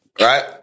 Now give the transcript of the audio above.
right